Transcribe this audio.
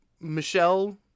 Michelle